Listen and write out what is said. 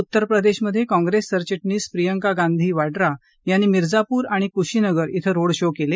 उत्तर प्रदेशमध्ये काँप्रेस सरविटणीस प्रियंका गांधी वाड्रा यांनी मिर्जापूर आणि कुशीनगर कें रोड शो केले